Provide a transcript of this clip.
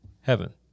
heaven